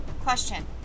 Question